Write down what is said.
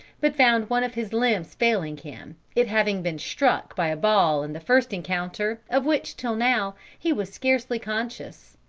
but found one of his limbs failing him, it having been struck by a ball in the first encounter, of which, till now, he was scarcely conscious.